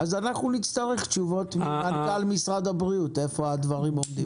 אז אנחנו נצטרך תשובות ממנכ"ל משרד הבריאות איפה הדברים עומדים.